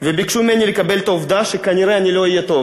וביקשו ממני לקבל את העובדה שכנראה אני לא אהיה טוב